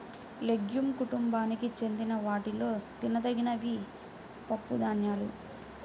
legume కుటుంబానికి చెందిన వాటిలో తినదగినవి పప్పుధాన్యాలు